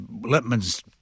Lippmann's